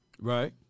Right